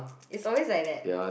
is always like that